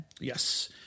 Yes